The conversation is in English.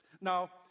Now